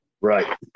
Right